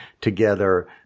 together